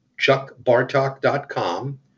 chuckbartok.com